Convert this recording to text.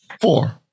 Four